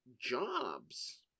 jobs